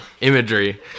imagery